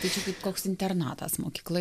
tai čia kaip koks internatas mokykla